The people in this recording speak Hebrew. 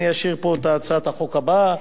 אני אשאיר פה את הצעת החוק הבאה,